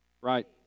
Right